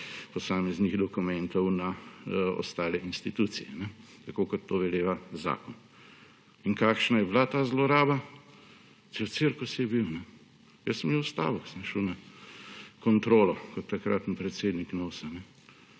posameznih dokumentov na ostale institucije, tako kot to veleva zakon. In kakšna je bila ta zloraba? Cel cirkus je bil. Jaz sem jih ustavil, ko sem šel na kontrolo kot takratni predsednik Knovsa,